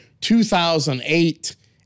2008